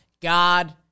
God